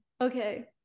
Okay